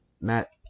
Matt